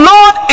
Lord